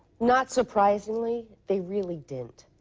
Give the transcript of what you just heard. not surprisingly. they really didn't.